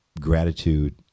Gratitude